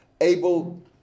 able